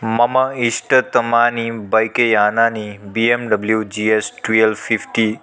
मम इष्टतमानि बैक्यानानि बिएम्डब्ल्यु जिएस् टुएल् फ़िफ़्टि